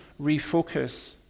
refocus